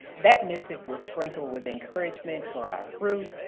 that missive was sprinkled with encouragement for our group,